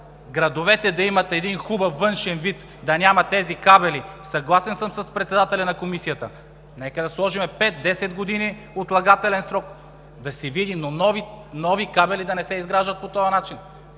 градовете да имат един хубав външен вид, да няма тези кабели, съгласен съм с председателя на Комисията, нека да сложим пет, десет години отлагателен срок, да се види, но нови кабели да не се изграждат по този начин.